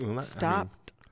stopped